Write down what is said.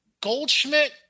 Goldschmidt